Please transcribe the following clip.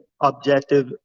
objective